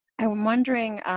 i'm wondering,